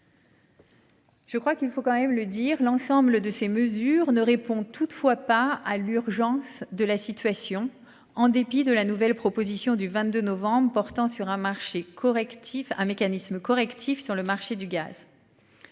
Je crois qu'il faut quand même le dire, l'ensemble de ces mesures ne répond toutefois pas à l'urgence de la situation en dépit de la nouvelle proposition du 22 novembre portant sur un marché correctif mécanismes correctifs sur le marché du gaz.--